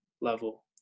level